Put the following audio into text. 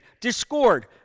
discord